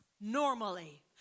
normally